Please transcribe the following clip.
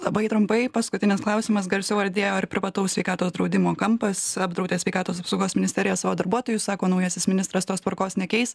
labai trumpai paskutinis klausimas garsiau aidėjo ir privataus sveikatos draudimo kampas apdraudęs sveikatos apsaugos ministerija savo darbuotojus sako naujasis ministras tos tvarkos nekeis